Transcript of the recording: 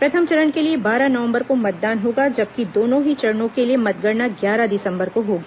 प्रथम चरण के लिए बारह नवंबर को मतदान होगा जबकि दोनों ही चरणों के लिए मतगणना ग्यारह दिसंबर को होगी